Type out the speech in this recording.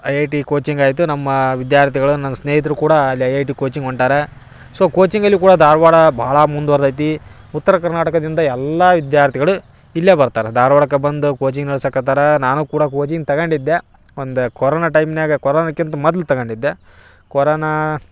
I I T coaching ಆಯಿತು ನಮ್ಮ ವಿದ್ಯಾರ್ಥಿಗಳು ನಂದು ಸ್ನೇಹಿತ್ರು ಕೂಡ ಅಲ್ಲಿ ಐ ಐ ಟಿ ಕೋಚಿಂಗ್ ಹೊಂಟಾರ ಸೊ ಕೋಚಿಂಗ್ ಅಲ್ಲೂ ಕೂಡ ಧಾರ್ವಾಡ ಬಹಳ ಮುಂದ್ವರ್ದೈತಿ ಉತ್ತರ ಕರ್ನಾಟಕದಿಂದ ಎಲ್ಲಾ ವಿದ್ಯಾರ್ಥಿಗಳು ಇಲ್ಲೇ ಬರ್ತಾರೆ ಧಾರ್ವಾಡಕ್ಕೆ ಬಂದು ಕೋಚಿಂಗ್ ನಡ್ಸಕ್ಕೆ ಹತ್ತಾರ ನಾನು ಕೂಡ ಕೋಚಿಂಗ್ ತಕಂಡಿದ್ದೆ ಒಂದು ಕೊರೋನ ಟೈಮ್ನ್ಯಾಗ ಕೊರೋನಕ್ಕಿಂತ ಮೊದ್ಲು ತಗೊಂಡಿದ್ದೆ ಕೊರೋನಾ